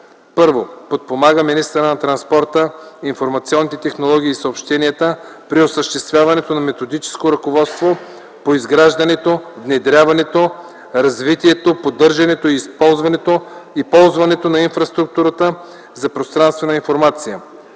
1. Подпомага министъра на транспорта, информационните технологии и съобщенията при осъществяването на методическо ръководство по изграждането, внедряването, развитието, поддържането и използването и ползването на инфраструктурата за пространствена информация.